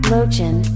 Lochin